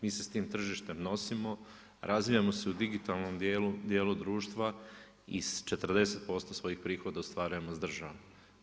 Mi se s tim tržištem nosimo, razvijamo se u digitalnom dijelu, dijelu društva i s 40% svojih prihoda ostvarujemo s državom.